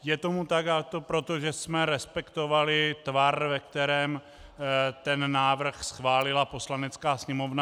Je tomu tak, protože jsme respektovali tvar, ve kterém ten návrh schválila Poslanecká sněmovna.